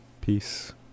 Peace